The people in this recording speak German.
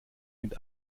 mit